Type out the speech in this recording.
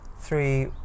Three